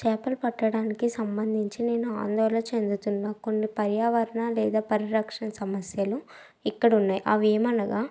చేపలు పట్టడానికి సంబంధించి నేను ఆందోళన చెందుతున్న కొన్ని పర్యావరణ లేదా పరిరక్షణ సమస్యలు ఇక్కడున్నాయి అవి ఏమనగా